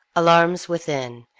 alarms within.